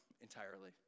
entirely